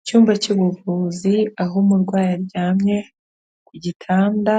Icyumba cy'ubuvuzi aho umurwayi aryamye ku gitanda